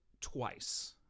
twice